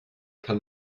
kann